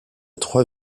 trois